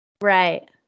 Right